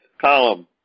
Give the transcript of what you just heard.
column